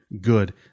good